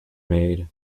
made